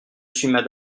suis